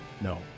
No